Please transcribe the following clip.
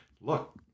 look